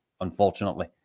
unfortunately